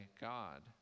God